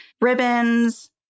ribbons